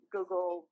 Google